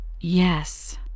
Yes